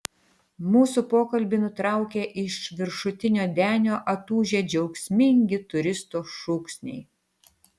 mūsų pokalbį nutraukė iš viršutinio denio atūžę džiaugsmingi turistų šūksniai